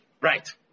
Right